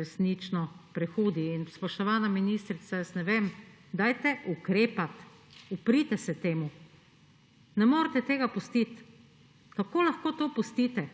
resnično prehudi. Spoštovana ministrica, ukrepajte! Uprite se temu. Ne morete tega pustiti. Kako lahko to pustite?